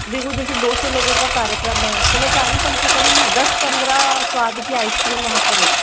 देखो जैसे दो सौ लोगों का कार्यक्रम है तो मैं चाह रही कम से कम दस पंद्रह स्वाद की आइसक्रीम वहाँ पर हो